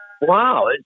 Wow